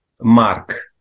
Mark